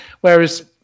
whereas